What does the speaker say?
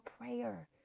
prayer